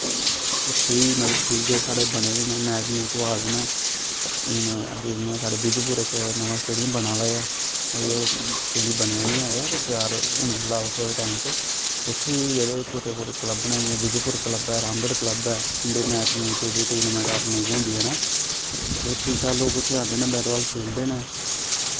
उत्थै बी मतलब ठीक गै साढ़ै बने दे न मैच मूच होआ दे न हून अग्गें जि'यां साढ़ै विजयपुर इक नमां स्टेडियम बना दा ऐ अजें ओह् पूरा बनेआ निं ऐ पर त्यार होने आह्ला ओह् थोह्ड़े टाईम च उत्थै बी जेह्ड़े छोटे मोटे क्लब न जि'यां विजयपुर क्लब ऐ रामगढ़ क्लब ऐ इं'दे मैच मूच टूर्नामैंट आर्गनाईज़ होंदियां न ते बड़े ठीक ठाक लोग उत्थै आंदे न बैटबॉल खेलदे न